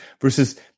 versus